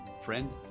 Friend